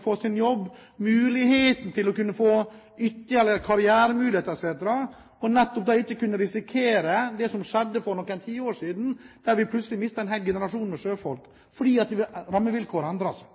få seg en jobb, muligheten til ytterligere karrieremuligheter og det å ikke risikere det som skjedde for noen tiår siden, da vi mistet en hel generasjon med sjøfolk fordi rammevilkårene endret seg.